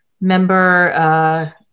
Member